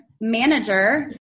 manager